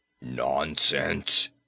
Nonsense